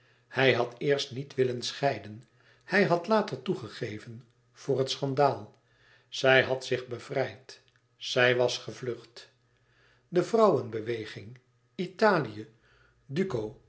hij had eerst niet willen scheiden hij had later toegegeven voor het schandaal zij had zich bevrijd zij was gevlucht de vrouwenbeweging italië duco